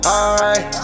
Alright